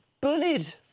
bullied